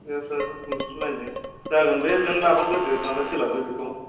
सफ्टवेयाराथ' सोफिननांगोन जागोन बे नों लाबोग्रोदो माब्ला सोलाबो बेखौ